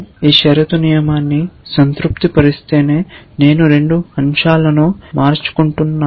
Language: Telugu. ఈ షరతు నియమాన్ని సంతృప్తిపరిస్తేనే నేను 2 అంశాలను మార్చుకుంటున్నాను